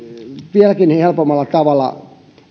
vieläkin helpommalla tavalla